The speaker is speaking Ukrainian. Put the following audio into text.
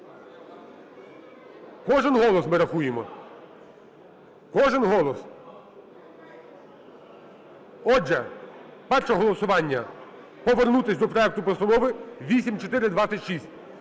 Кожен голос ми рахуємо, кожен голос. Отже, перше голосування: повернутись до проекту постанови 8426.